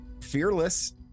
Fearless